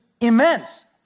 immense